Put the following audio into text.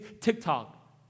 TikTok